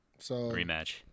Rematch